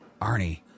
Arnie